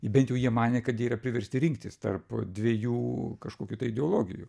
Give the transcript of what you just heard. bent jai jie manė kad jie yra priversti rinktis tarp dviejų kažkokių tai ideologijų